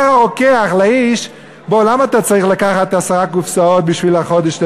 אומר הרוקח לאיש: למה אתה צריך לקחת עשר קופסאות לחודש?